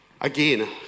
Again